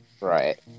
Right